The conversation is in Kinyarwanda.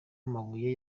amabuye